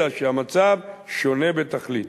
אלא שהמצב שונה בתכלית.